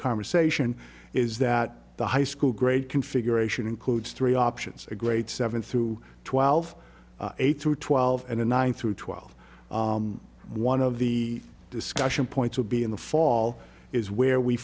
conversation is that the high school grade configuration includes three options a great seven through twelve eight through twelve and a nine through twelve one of the discussion points would be in the fall is where we